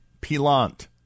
Pilant